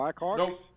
nope